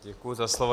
Děkuji za slovo.